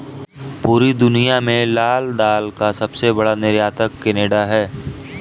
पूरी दुनिया में लाल दाल का सबसे बड़ा निर्यातक केनेडा है